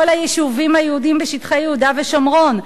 היישובים היהודיים בשטחי יהודה ושומרון.